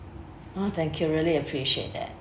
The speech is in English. ah thank you really appreciate that